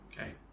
okay